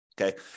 Okay